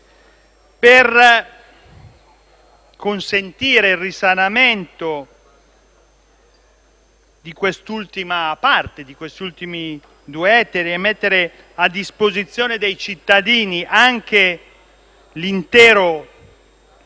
Per consentire il risanamento di questi ultimi due ettari e mettere a disposizione dei cittadini anche l'intero